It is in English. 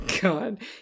god